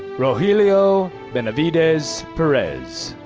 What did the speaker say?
rogelio benavides perez.